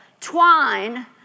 twine